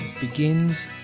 begins